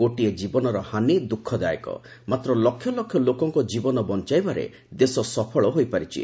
ଗୋଟିଏ ଜୀବନର ହାନି ଦ୍ରଃଖଦାୟକ ମାତ୍ର ଲକ୍ଷ ଲୋକଙ୍କ ଜୀବନ ବଞ୍ଚାଇବାରେ ଦେଶ ସଫଳ ହୋଇପାରିଛି